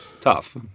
tough